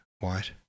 white